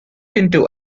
into